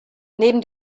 neben